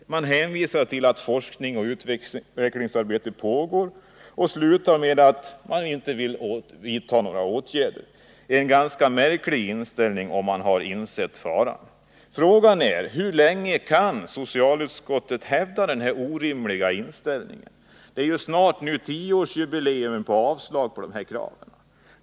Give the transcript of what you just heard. Utskottet hänvisar till att forskningsoch utvecklingsarbete pågår och slutar med att säga att man inte vill vidta några åtgärder. Det är en märklig inställning, om man har insett faran. Frågan är hur länge socialutskottet kan hävda denna orimliga inställning. Det är snart tioårsjubileum för dess begäran om avslag på dessa krav.